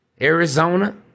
Arizona